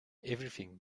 everything